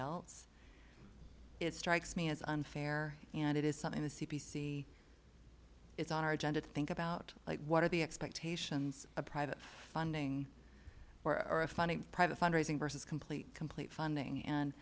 else it strikes me as unfair and it is something the c b c it's on our agenda to think about like what are the expectations of private funding for a funny private fundraising versus complete complete funding and